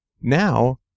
now